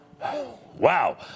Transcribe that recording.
Wow